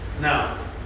Now